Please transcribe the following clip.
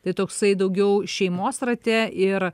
tai toksai daugiau šeimos rate ir